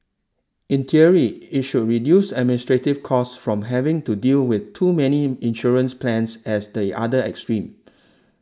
in theory it should reduce administrative costs from having to deal with too many insurance plans as the other extreme